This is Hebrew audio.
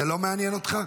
זה לא מעניין אותך?